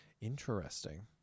interesting